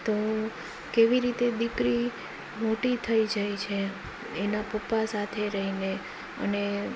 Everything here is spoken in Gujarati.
તો કેવી રીતે દીકરી મોટી થઈ જાય છે એના પપ્પા સાથે રહીને અને